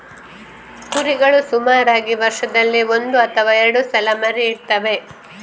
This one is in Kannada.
ಕುರಿಗಳು ಸುಮಾರಾಗಿ ವರ್ಷದಲ್ಲಿ ಒಂದು ಅಥವಾ ಎರಡು ಸಲ ಮರಿ ಇಡ್ತವೆ